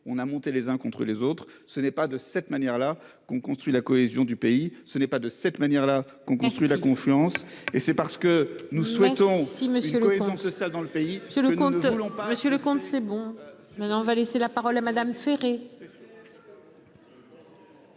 on a monté les uns contre les autres, ce n'est pas de cette manière-là qu'on construit la cohésion du pays ce n'est pas de cette manière-là qu'on construit la confiance et c'est parce que nous souhaitons si cohésion sociale dans le pays. Sur le compte ne l'ont pas monsieur le comte c'est bon maintenant on va laisser la parole à Madame Ferré.